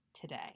today